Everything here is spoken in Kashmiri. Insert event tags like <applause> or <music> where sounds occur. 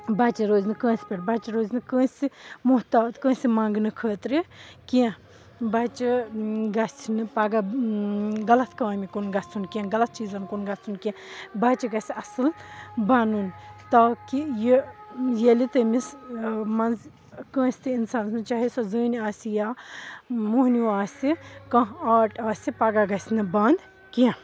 بَچہٕ روزنہٕ کٲنٛسہِ پٮ۪ٹھ بَچہٕ روزنہٕ کٲنٛسہِ محتاط کٲنٛسہِ مَنٛگنہٕ خٲطرٕ کیٚنٛہہ بَچہٕ گَژھِ نہٕ پَگاہ غلط کامہِ کُن گَژھُن کیٚنٛہہ غلط چیٖزَن کُن گژھُن کیٚنٛہہ بَچہٕ گَژھِ اَصٕل بَنُن تاکہِ یہِ ییٚلہِ تٔمِس منٛز کٲنٛسہِ تہِ اِنسانَس <unintelligible> چاہے سۄ زٔنۍ آسہِ یا موٚہنیوٗ آسہِ کانٛہہ آرٹ آسہِ پَگاہ گژھِ نہٕ بَنٛد کیٚنٛہہ